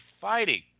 fighting